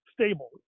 stable